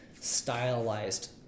Stylized